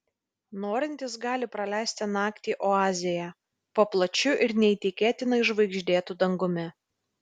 norintys gali praleisti naktį oazėje po plačiu ir neįtikėtinai žvaigždėtu dangumi